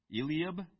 Eliab